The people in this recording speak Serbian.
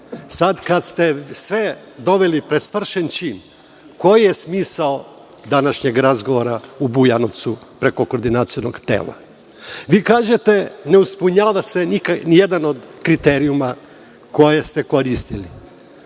Sada kada ste sve doveli pred svršen čin, koji je smisao današnjeg razgovora u Bujanovcu preko koordinacionog tela? Vi kažete – ne ispunjava se nijedan od kriterijuma koje ste koristili.